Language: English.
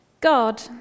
God